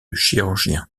chirurgien